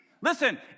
Listen